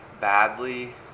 badly